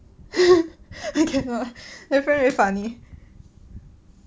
I cannot that friend very funny